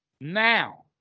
Now